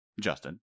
Justin